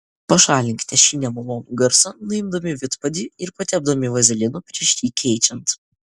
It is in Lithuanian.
pašalinkite šį nemalonų garsą nuimdami vidpadį ir patepdami vazelinu prieš jį keičiant